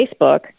Facebook